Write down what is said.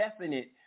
definite